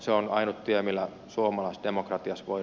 se on ainut tie millä suomalaisdemokratia voi